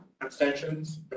Abstentions